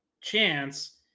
chance